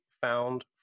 found